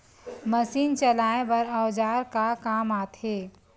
Machine चलाए बर औजार का काम आथे?